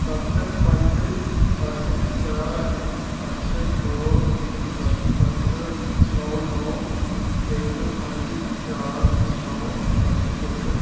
सत्त पंज अट्ठ चार अट्ठ दो सत्त सत्त नौ नौ इक पंज चार नौ सत्त इक